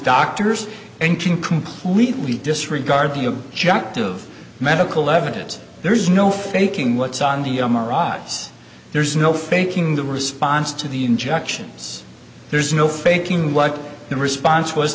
doctors and can completely disregard the objective medical evidence there is no faking what's on the murat's there's no faking the response to the injections there's no faking what the response was